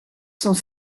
sont